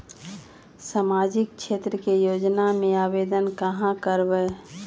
सामाजिक क्षेत्र के योजना में आवेदन कहाँ करवे?